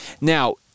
Now